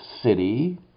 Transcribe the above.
city